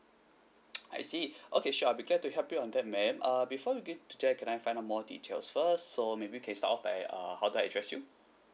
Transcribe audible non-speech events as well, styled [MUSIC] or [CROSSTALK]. [NOISE] I see okay sure I'll be glad to help you on that ma'am uh before we begin today can I find out more details first so maybe we can start off by uh how do I address you